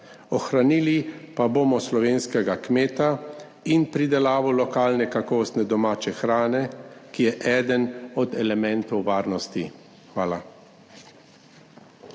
ohranili pa bomo slovenskega kmeta in pridelavo lokalne, kakovostne domače hrane, ki je eden od elementov varnosti. Hvala.